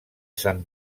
sant